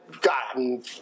gotten